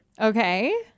Okay